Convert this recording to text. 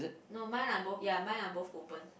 no mine lah both ya mine are both open